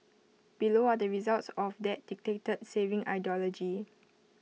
below are the results of that dictator saving ideology